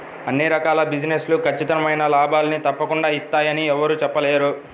అన్ని రకాల బిజినెస్ లు ఖచ్చితమైన లాభాల్ని తప్పకుండా ఇత్తయ్యని యెవ్వరూ చెప్పలేరు